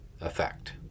effect